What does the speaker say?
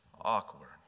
awkward